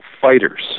fighters